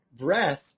breath